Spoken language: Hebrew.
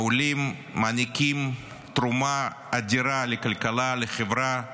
העולים מעניקים תרומה אדירה לכלכלה, לחברה,